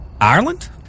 Ireland